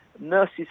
nurses